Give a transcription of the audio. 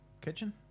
kitchen